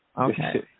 Okay